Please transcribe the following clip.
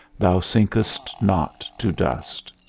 thou sinkest not to dust.